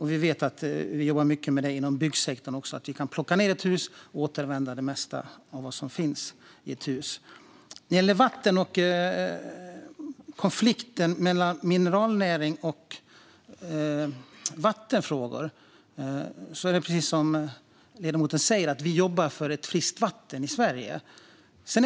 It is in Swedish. Man jobbar mycket med detta inom byggsektorn också. Man kan plocka ned ett hus och återanvända det mesta av materialet. Så till konflikten mellan mineralnäringen och vattenfrågorna. Precis som ledamoten säger jobbar vi för ett friskt vatten i Sverige.